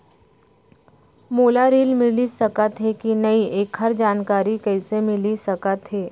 मोला ऋण मिलिस सकत हे कि नई एखर जानकारी कइसे मिलिस सकत हे?